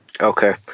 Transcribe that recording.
Okay